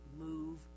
move